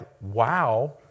wow